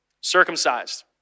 circumcised